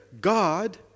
God